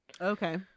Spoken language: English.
Okay